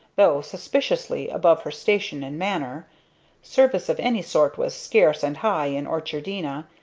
though suspiciously above her station in manner service of any sort was scarce and high in orchardina,